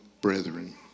brethren